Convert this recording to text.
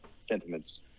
sentiments